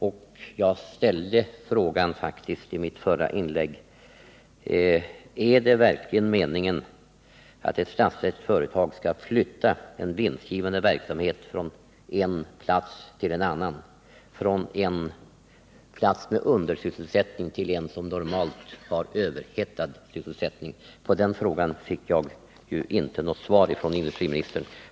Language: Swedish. I mitt förra inlägg ställde jag faktiskt frågan: Är det verkligen meningen att ett statsägt företag skall flytta en vinstgivande verksamhet från en plats till en annan, från en plats med undersysselsättning till en som normalt har överhettad sysselsättning? På den frågan fick jag inte något svar av industriministern.